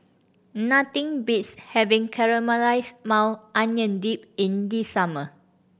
nothing beats having Caramelized Maui Onion Dip in summer